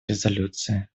резолюции